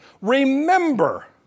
remember